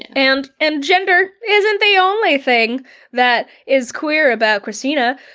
and and gender isn't the only thing that is queer about kristina.